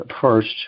first